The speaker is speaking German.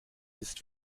ist